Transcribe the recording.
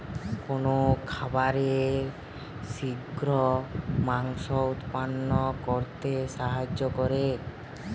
কোন খাবারে শিঘ্র মাংস উৎপন্ন করতে সাহায্য করে?